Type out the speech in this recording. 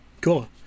Cool